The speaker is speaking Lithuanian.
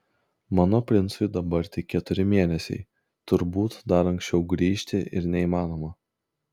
mano princui dabar tik keturi mėnesiai turbūt dar anksčiau grįžti ir neįmanoma